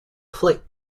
plate